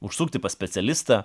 užsukti pas specialistą